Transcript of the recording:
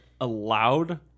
allowed